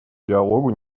диалогу